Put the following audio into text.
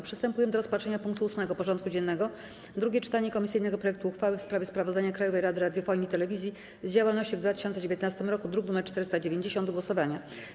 Przystępujemy do rozpatrzenia punktu 8. porządku dziennego: Drugie czytanie komisyjnego projektu uchwały w sprawie sprawozdania Krajowej Rady Radiofonii i Telewizji z działalności w 2019 roku (druk nr 490) - głosowania.